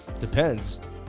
Depends